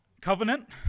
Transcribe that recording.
covenant